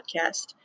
podcast